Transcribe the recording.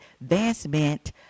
advancement